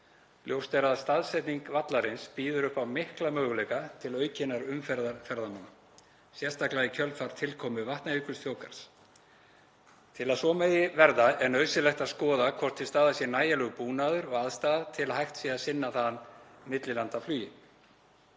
Ljóst er að staðsetning vallarins býður upp á mikla möguleika til aukinnar umferðar ferðamanna, sérstaklega í kjölfar tilkomu Vatnajökulsþjóðgarðs. Til að svo megi verða er nauðsynlegt að skoða hvort til staðar sé nægjanlegur búnaður og aðstaða til að hægt sé að sinna þaðan millilandaflugi.